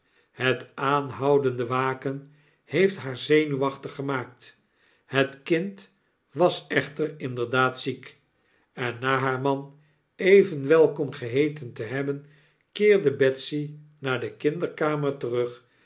het aanhoudende waken heeft haar zenuwachtig gemaakt het kind was echter inderdaad ziek en na haar man even welkom geheeten te hebben keerde betsy naar de kinderkamer terug